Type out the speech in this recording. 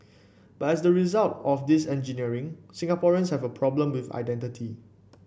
but as the result of this engineering Singaporeans have a problem with identity